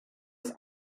its